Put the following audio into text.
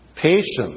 Patience